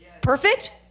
Perfect